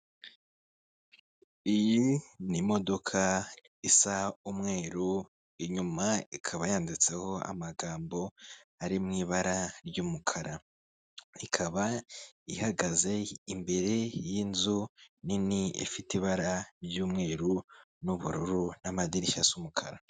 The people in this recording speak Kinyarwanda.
Iyi ni imodoka isa umweru inyuma ikaba yanditseho amagambo ari mu ibara ry'umukara, ikaba ihagaze imbere y'inzu nini ifite ibara ry'umweru n'ubururu n'amadirishya asa umukara.